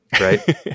right